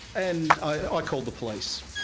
and i called the police.